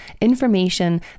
information